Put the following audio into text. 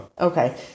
Okay